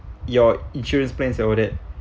your insurance plans are worth it